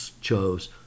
chose